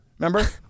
Remember